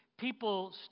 People